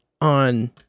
on